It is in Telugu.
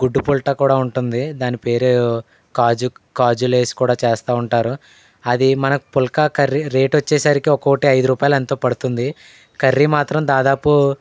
గుడ్డు పుల్టా కూడా ఉంటుంది దాని పేరు కాజు కాజులేసి కూడా చేస్తా ఉంటారు అది మన పుల్కా కర్రీ రేటొచ్చేసరికి ఒక్కోటి ఐదు రూపాయలెంతో పడుతుంది కర్రీ మాత్రం దాదాపు